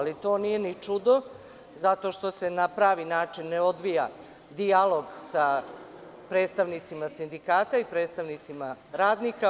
To nije ni čudo, zato što se na pravi način ne odvija dijalog sa predstavnicima sindikata i predstavnicima radnika.